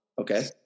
Okay